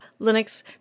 linux